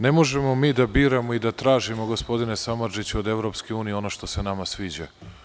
Ne možemo mi da biramo i da tražimo gospodine Samardžiću od EU ono što se nama sviđa.